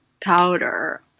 powder